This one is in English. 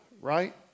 right